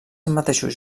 mateixos